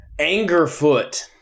Angerfoot